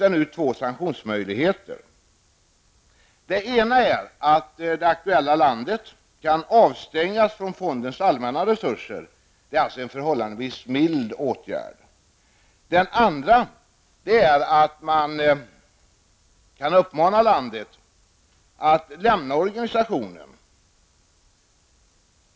De två sanktionsmöjligheter som jag nyss talade om är dels att avstänga det aktuella landet från att använda fondens allmänna resurser -- en förhållandevis mild åtgärd --, dels att uppmana ett land att lämna organisationen.